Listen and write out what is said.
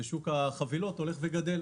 ואילו שוק החבילות הולך וגדל.